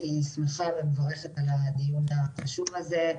אני שמחה ומברכת על הדיון החשוב הזה.